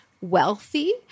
wealthy